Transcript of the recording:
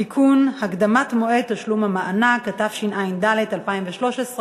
(תיקון) (הקדמת מועד תשלום המענק), התשע"ד 2013,